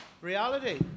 Reality